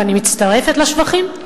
ואני מצטרפת לשבחים?